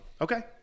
okay